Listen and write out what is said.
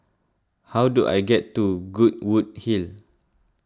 how do I get to Goodwood Hill